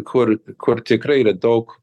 kur kur tikrai yra daug